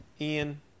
Ian